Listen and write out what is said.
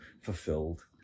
fulfilled